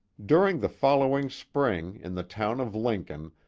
during the following spring in the town of lincoln,